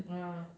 ah